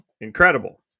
incredible